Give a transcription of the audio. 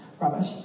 rubbish